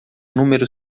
número